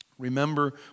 Remember